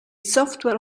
software